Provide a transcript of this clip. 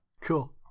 cool